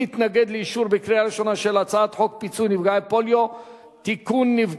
אישור בקריאה ראשונה של הצעת החוק פיצוי לנפגעי פוליו (תיקון מס' 2)